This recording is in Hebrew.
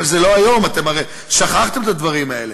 אבל זה לא היום, אתם הרי שכחתם את הדברים האלה.